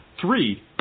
three